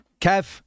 Kev